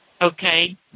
Okay